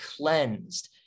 cleansed